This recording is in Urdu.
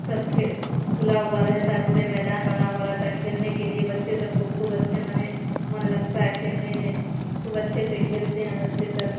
سب کھلا ہوا رہتا ہے پورے میدان بنا ہوا رہتا ہے کھیلنے کے لیے بچے سب کو خوب اچھے منے من لگتا ہے کھیلنے میں خوب اچھے سے کھیلتے ہیں بچے سب